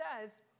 says